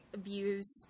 views